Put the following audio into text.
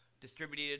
distributed